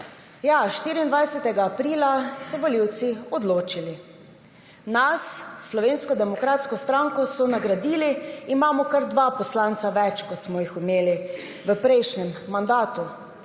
Ja, 24. aprila so volivci odločili. Nas, Slovensko demokratsko stranko so nagradili, imamo kar dva poslanca več, kot smo jih imeli v prejšnjem mandatu.